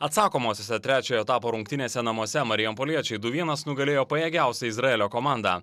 atsakomosiose trečiojo etapo rungtynėse namuose marijampoliečiai du vienas nugalėjo pajėgiausią izraelio komandą